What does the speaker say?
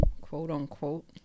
quote-unquote